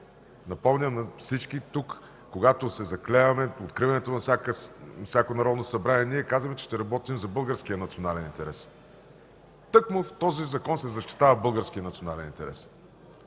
Напомням на всички тук, че когато се заклеваме при откриването на всяко Народно събрание, казваме, че ще работим за българския национален интерес. Тъкмо в този закон се защитава българският национален интерес